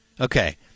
Okay